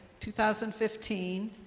2015